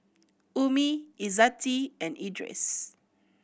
Ummi Izzati and Idris